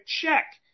check